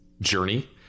journey